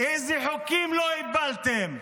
אילו חוקים לא הפלתם?